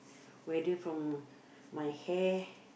whether from my hair